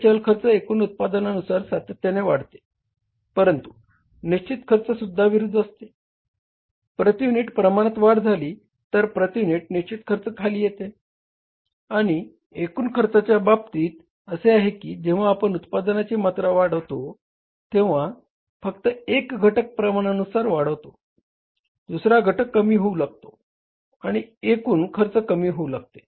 आपले चल खर्च एकूण उत्पादनानुसार सातत्याने वाढते परंतु निश्चित खर्च विरुद्ध असते प्रती युनिट प्रमाणात वाढ झाली तर प्रती युनिट निश्चित खर्च खाली येते आणि एकूण खर्चाच्या बाबतीत असे आहे की जेव्हा आपण उत्पादनाची मात्रा वाढवितो तेव्हा फक्त एक घटक प्रमाणानुसार वाढतो परंतु दुसरा घटक कमी होऊ लागतो आणि एकूण खर्च कमी होऊ लागते